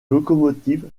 locomotive